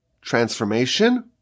transformation